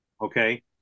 Okay